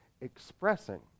expressing